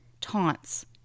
taunts